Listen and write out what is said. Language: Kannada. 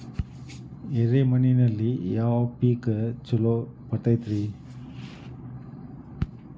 ಎರೆ ಮಣ್ಣಿನಲ್ಲಿ ಯಾವ ಪೇಕ್ ಛಲೋ ಬರತೈತ್ರಿ?